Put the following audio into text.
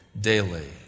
daily